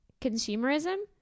consumerism